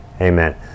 Amen